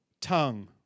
tongue